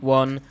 one